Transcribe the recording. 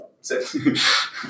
six